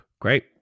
great